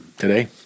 Today